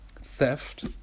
theft